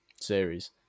series